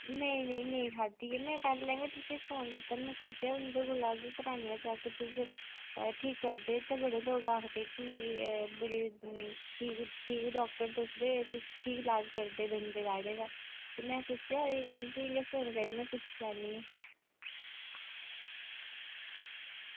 नेईं नेईं नेईं खाद्धी में पैह्लें गै में तुसें गी फोन कीता में सोचेआ उं'दे कोला गै कराने आं चैक कि तुस ठीक करदे ते बड़े लोक आखदे कि बड़े ठीक ठीक डाक्टर तुस ते तुस ठीक लाज करदे दंदें दाढ़ें दा ते में सोचेआ तुसेंगी गै फोन करियै पुच्छी लैन्नी आं